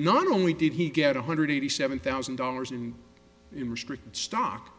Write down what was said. not only did he get one hundred eighty seven thousand dollars in restricted stock